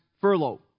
furlough